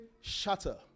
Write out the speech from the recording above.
shatter